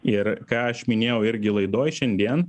ir ką aš minėjau irgi laidoj šiandien